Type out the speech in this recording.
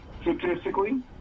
statistically